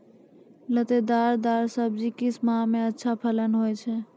लतेदार दार सब्जी किस माह मे अच्छा फलन होय छै?